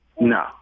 no